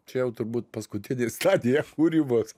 čia jau turbūt paskutinė stadija kūrybos